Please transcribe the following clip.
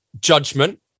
judgment